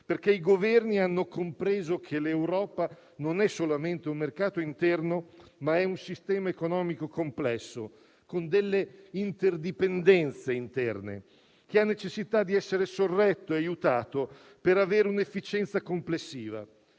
perché i Governi hanno compreso che l'Europa non è solamente un mercato interno, ma un sistema economico complesso con delle interdipendenze interne, che ha necessità di essere sorretto e aiutato per avere un'efficienza complessiva,